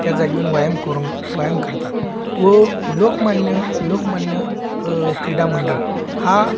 त्या जागी येऊन व्यायाम करून व्यायाम करतात व लोकमान्य लोकमान्य क्रीडामंडळ हा